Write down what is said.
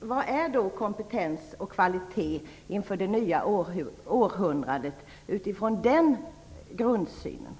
Vad är då kompetens och kvalitet inför det nya århundradet utifrån den grundsynen?